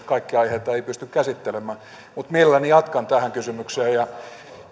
kaikkia aiheita ei pysty käsittelemään mutta mielelläni jatkan tähän kysymykseen ja